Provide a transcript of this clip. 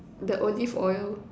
the olive oil